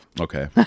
Okay